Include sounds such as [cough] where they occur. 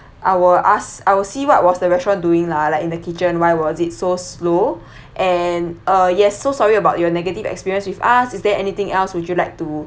[breath] I will ask I will see what was the restaurant doing lah like in the kitchen why was it so slow [breath] and uh yes so sorry about your negative experience with us is there anything else would you like to